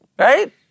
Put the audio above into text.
Right